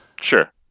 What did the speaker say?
Sure